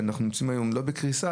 שאנחנו נמצאים היום לא בקריסה,